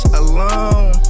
alone